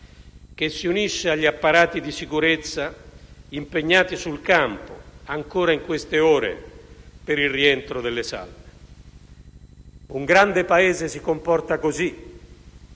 che si unisce agli apparati di sicurezza impegnati sul campo, ancora in queste ore, per il rientro delle salme. Un grande Paese si comporta così,